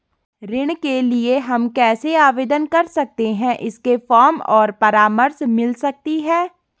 ऋण के लिए हम कैसे आवेदन कर सकते हैं इसके फॉर्म और परामर्श मिल सकती है?